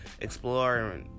explore